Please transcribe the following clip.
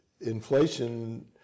inflation